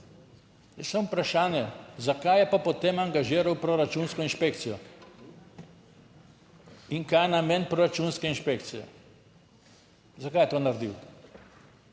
vprašanje zakaj je pa potem angažiral proračunsko inšpekcijo? In kaj je namen proračunske inšpekcije? Zakaj je to naredil?